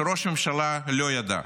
שראש הממשלה לא ידע.